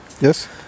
Yes